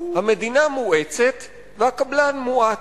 המדינה מואצת והקבלן מואט.